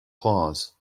claws